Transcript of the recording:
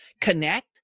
connect